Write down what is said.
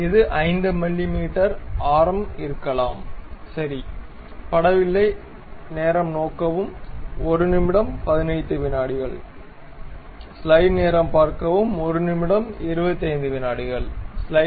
இது 5 மில்லிமீட்டர் ஆரம் இருக்கலாம் சரி